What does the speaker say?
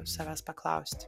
savęs paklausti